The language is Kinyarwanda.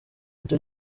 nicyo